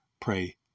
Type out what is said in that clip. Pray